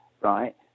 right